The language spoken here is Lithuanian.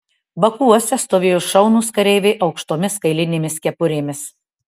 baku uoste stovėjo šaunūs kareiviai aukštomis kailinėmis kepurėmis